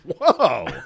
Whoa